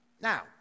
Now